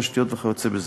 תשתיות וכיוצא בזה.